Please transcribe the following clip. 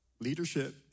leadership